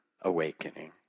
awakening